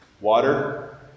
Water